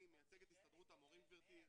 אני מייצג את הסתדרות המורים, גברתי.